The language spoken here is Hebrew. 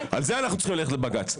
על זה אנחנו צריכים ללכת לבג"ץ.